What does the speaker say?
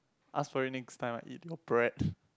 ask for it next time I eat your bread